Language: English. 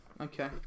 Okay